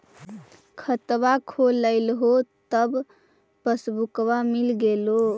खतवा खोलैलहो तव पसबुकवा मिल गेलो?